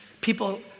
People